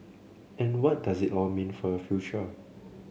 and what does it all mean for your future